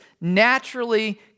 naturally